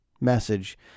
message